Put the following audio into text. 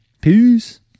peace